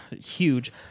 Huge